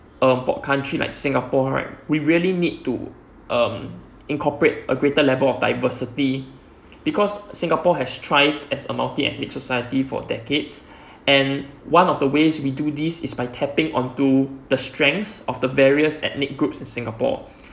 err for country like singapore right we really need to um incorporate a greater level of diversity because singapore has thrived as a multi-ethnic society for decades and one of the ways we do this is by tapping onto the strengths of various ethnic groups in singapore